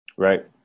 Right